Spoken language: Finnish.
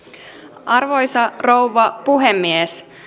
arvoisa rouva puhemies